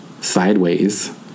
sideways